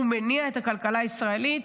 הוא מניע את הכלכלה הישראלית,